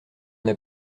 n’a